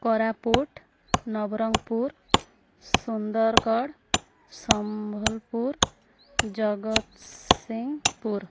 Koraput Nabarangpur Sundargarh Sambalpur Jagatsinghpur